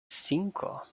cinco